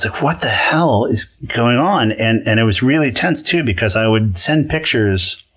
what the hell is going on? and and it was really tense too because i would send pictures,